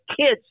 kids